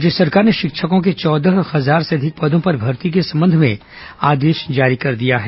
राज्य सरकार ने शिक्षकों के चौदह हजार से अधिक पदों पर भर्ती के संबंध में आदेश जारी कर दिया है